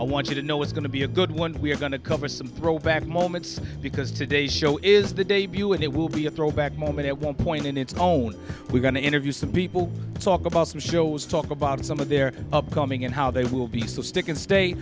i want you to know it's going to be a good one we're going to cover some throwback moments because today's show is the debut and it will be a throwback moment at one point in its own we're going to interview some people talk about some shows talk about some of their upcoming and how they will be so stick and stay